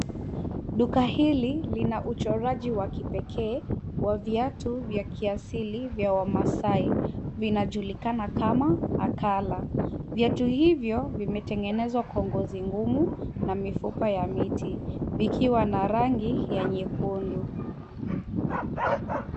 Duka hili lina uchoraji wa kipekee wa viatu vya kiasili vya wamasai. Vinajulikana kama akala. Viatu hivyo vimetengenezwa kwa ngozi ngumu na mifupa ya miti, vikiwa na rangi ya nyekundu.